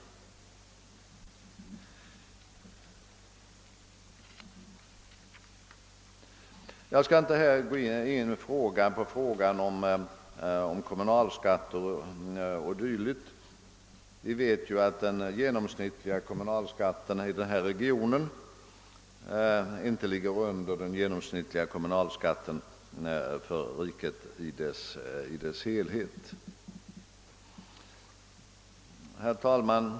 Sedan skall jag här inte gå in på frågan om kommunalskatten i denna region, men vi vet att den genomsnittliga skatten där inte ligger under genomsnittet för hela riket.